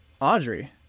Audrey